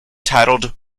titled